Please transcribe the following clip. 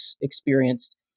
experienced